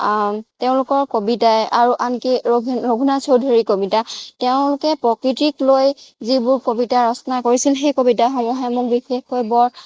তেওঁলোকৰ কবিতাই আৰু আনকি ৰঘুনাথ চৌধুৰীৰ কবিতা তেওঁলোকে প্ৰকৃতিক লৈ যিবোৰ কবিতা ৰচনা কৰিছিল সেই কবিতাসমূহে মোক বিশেষকৈ বৰ